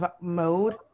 mode